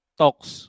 talks